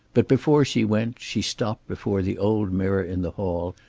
but before she went she stopped before the old mirror in the hall,